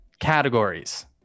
categories